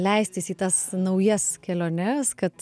leistis į tas naujas keliones kad